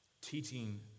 Teaching